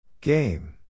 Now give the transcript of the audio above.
Game